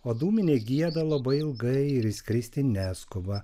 o dūminė gieda labai ilgai ir išskristi neskuba